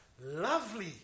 lovely